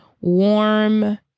warm